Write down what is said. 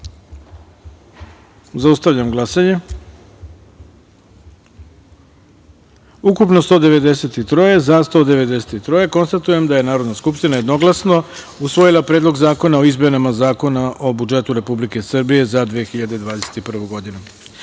taster. Zaustavljam glasanje: ukupno – 193, za – 193.Konstatujem da je Narodna skupština jednoglasno usvojila Predlog zakona o izmenama Zakona o budžetu Republike Srbije za 2021. godinu. Sada